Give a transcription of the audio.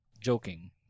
joking